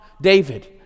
David